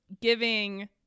giving